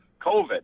COVID